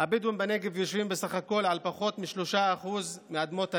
שהבדואים בנגב יושבים על פחות מ-3% מאדמות הנגב.